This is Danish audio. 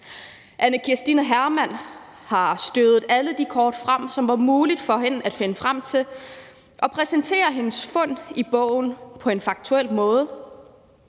Anne Kirstine Hermann har støvet alle de kort op, som det var muligt for hende at finde frem til, og præsenterer sine fund i bogen på en faktuel måde.